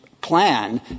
plan